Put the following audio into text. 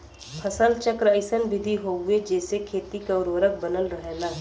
फसल चक्र अइसन विधि हउवे जेसे खेती क उर्वरक बनल रहला